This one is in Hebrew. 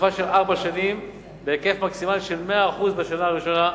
ולתקופה של ארבע שנים בהיקף מקסימלי של 100% בשנה הראשונה,